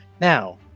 now